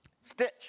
Stitch